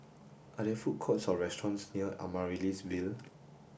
are there food courts or restaurants near Amaryllis Ville